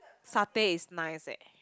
satay is nice eh